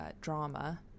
drama